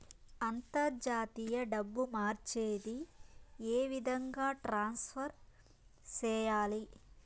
అంతర్జాతీయ డబ్బు మార్చేది? ఏ విధంగా ట్రాన్స్ఫర్ సేయాలి?